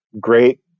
great